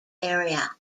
area